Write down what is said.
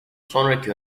sonraki